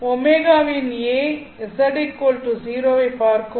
ω இன் A z 0 ஐப் பார்க்கும்